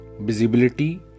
visibility